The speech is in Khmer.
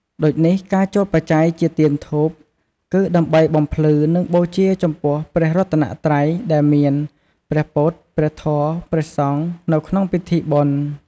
ដូចនេះការចូលបច្ច័យជាទៀនធូប គឺដើម្បីបំភ្លឺ និងបូជាចំពោះព្រះរតនត្រ័យ ដែលមាន ព្រះពុទ្ធ ព្រះធម៌ ព្រះសង្ឃ នៅក្នុងពិធីបុណ្យ។